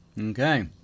okay